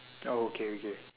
oh okay okay